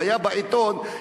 היה בעיתון,